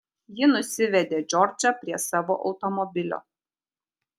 ji nusivedė džordžą prie savo automobilio